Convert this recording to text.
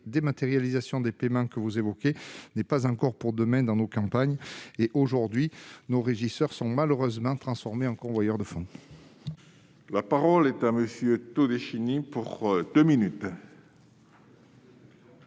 dématérialisation des paiements que vous évoquez n'est pas encore pour demain dans nos campagnes. Aujourd'hui, nos régisseurs sont, malheureusement, transformés en convoyeurs de fonds. La parole est à M. Jean-Marc Todeschini, auteur de